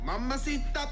mamacita